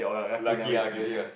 lucky ah